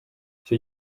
icyo